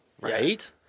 Right